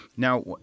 Now